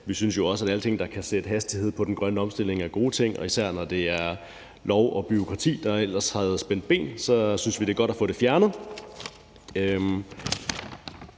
Vi synes jo også, at alting, der kan sætte hastighed på den grønne omstilling, er gode ting. Især når det er lov og bureaukrati, der ellers havde spændt ben, synes vi at det er godt at få det fjernet.